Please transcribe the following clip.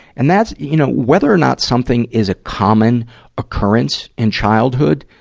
and that's, you know, whether or not something is a common occurrence in childhood,